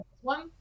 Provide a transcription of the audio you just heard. one